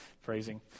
phrasing